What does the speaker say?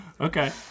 Okay